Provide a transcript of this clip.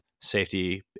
safety